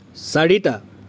চাৰিটা